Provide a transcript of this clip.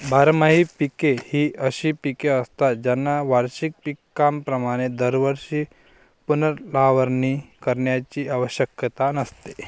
बारमाही पिके ही अशी पिके असतात ज्यांना वार्षिक पिकांप्रमाणे दरवर्षी पुनर्लावणी करण्याची आवश्यकता नसते